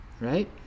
Right